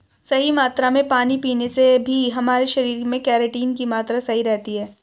सही मात्रा में पानी पीने से भी हमारे शरीर में केराटिन की मात्रा सही रहती है